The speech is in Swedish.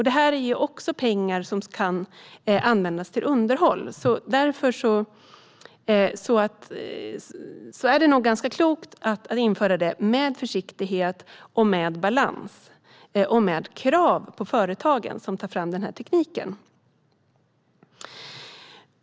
Det är pengar som kan användas till underhåll, så därför är det klokt att införa ERTMS men med försiktighet och balans och med krav på företagen som tar fram tekniken.